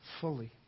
fully